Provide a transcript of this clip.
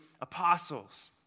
apostles